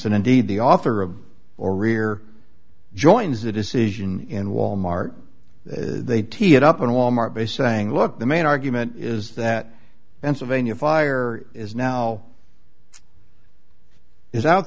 and indeed the author of or rear joins a decision in wal mart they tee it up and wal mart is saying look the main argument is that pennsylvania fire is now is out